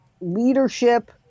leadership